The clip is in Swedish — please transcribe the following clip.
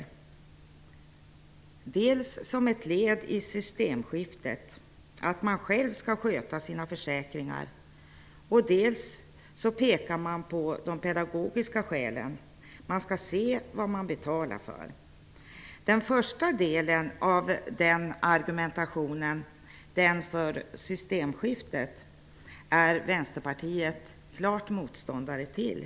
De ser dels egenavgifterna som ett led i systemskiftet -- man skall själv sköta sina försäkringar -- dels pekar de som förordar egenavgifter på pedagogiska skäl -- man skall se vad man betalar för. Den första delen av argumentationen, den för systemskiftet, är Vänsterpartiet klar motståndare till.